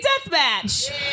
Deathmatch